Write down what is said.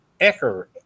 Ecker